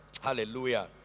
hallelujah